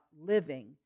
living